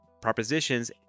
propositions